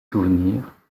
souvenirs